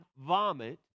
vomit